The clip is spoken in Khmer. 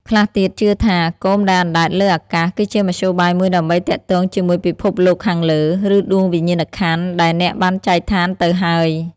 ខ្លះទៀតជឿថា គោមដែលអណ្តែតលើអាកាស គឺជាមធ្យោបាយមួយដើម្បីទាក់ទងជាមួយពិភពលោកខាងលើ ឬដួងវិញ្ញាណក្ខន្ធអ្នកដែលបានចែកឋានទៅហើយ។